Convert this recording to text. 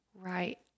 Right